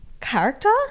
character